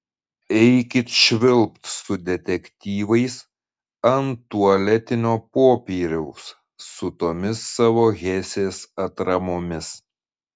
eikit švilpt su detektyvais ant tualetinio popieriaus su tomis savo hesės atramomis